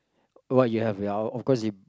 what you have ya of course it